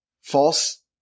false